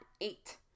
eight